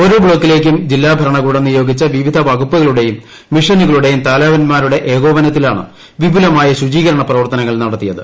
ഓരോ ബ്ലോക്കില്ലേക്കും ജില്ലാഭരണകൂടം നിയോഗിച്ച വിവിധ വകുപ്പുകളുട്ടെയും മിഷനുകളുടെയും തലവന്മാരുടെ ഏകോപനത്തിലാണ് വിപുലമായ ശുചീകരണ പ്രവർത്തനങ്ങൾ നടത്തിയത്